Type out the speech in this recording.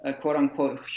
quote-unquote